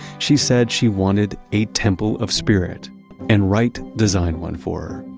she said she wanted a temple of spirit and wright design one for